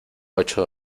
ocho